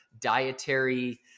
dietary